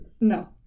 No